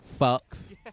fucks